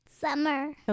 Summer